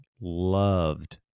loved